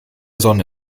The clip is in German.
sonne